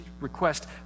request